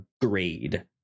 grade